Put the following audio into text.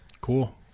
Cool